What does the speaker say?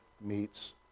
meets